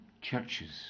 churches